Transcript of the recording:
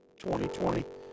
2020